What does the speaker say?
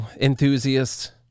Enthusiasts